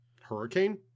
Hurricane